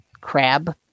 crab